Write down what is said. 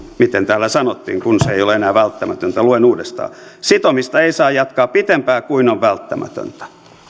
miten täällä sanottiin kun se ei ole enää välttämätöntä luen uudestaan sitomista ei saa jatkaa pitempään kuin on välttämätöntä